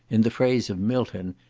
in the phrase of milton,